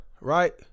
right